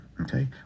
Okay